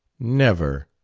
never